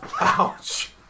Ouch